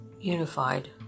unified